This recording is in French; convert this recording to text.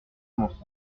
mensonges